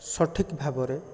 ସଠିକ ଭାବରେ